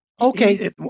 Okay